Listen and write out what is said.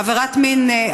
עבירת מין,